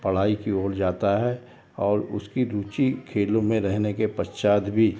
पढ़ाई की ओर जाता है और उसकी रूचि खेलों में रहने के पश्चात भी